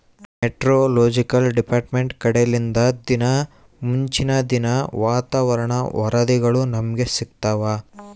meteorological department ಕಡೆಲಿಂದ ದಿನಾ ಮುಂಚಿನ ದಿನದ ವಾತಾವರಣ ವರದಿಗಳು ನಮ್ಗೆ ಸಿಗುತ್ತವ